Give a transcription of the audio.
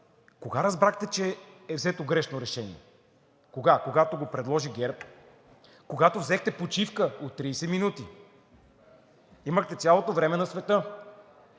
Кога разбрахте, че е взето грешно решение? Кога? Когато го предложи ГЕРБ? Когато взехте почивка от 30 минути? Имахте цялото време на света.